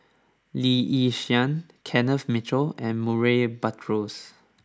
Lee Yi Shyan Kenneth Mitchell and Murray Buttrose